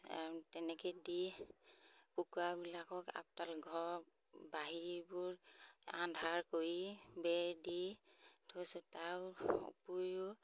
কিছ তেনেকৈ দি কুকুৰাবিলাকক আপদাল ঘৰ বাহিৰবোৰ আন্ধাৰ কৰি বেৰ দি থৈছোঁ তাৰ উপৰিও